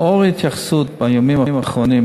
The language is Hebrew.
לאור ההתייחסות בימים האחרונים,